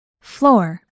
Floor